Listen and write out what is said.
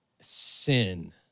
Sin